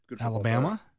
Alabama